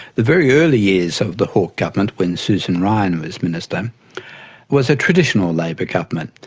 the very early years of the hawke government when susan ryan and was minister was a traditional labor government.